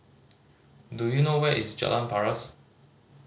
do you know where is Jalan Paras